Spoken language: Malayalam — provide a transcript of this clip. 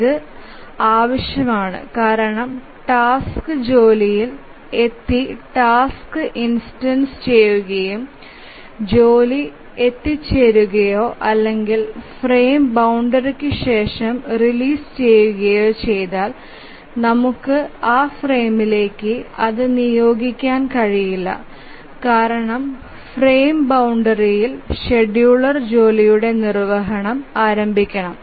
ഇത് ആവശ്യമാണ് കാരണം ടാസ്ക് ജോലിയിൽ എത്തി ടാസ്ക് ഇൻസ്റ്റൻസ് ചെയ്യുകയും ജോലി എത്തിച്ചേരുകയോ അല്ലെങ്കിൽ ഫ്രെയിം ബൌണ്ടറിക് ശേഷം റിലീസ് ചെയ്യുകയോ ചെയ്താൽ നമുക്ക് ആ ഫ്രെയിമിലേക്ക് അത് നിയോഗിക്കാൻ കഴിയില്ല കാരണം ഫ്രെയിം ബൌണ്ടറിയിൽ ഷെഡ്യൂളർ ജോലിയുടെ നിർവ്വഹണം ആരംഭിക്കണം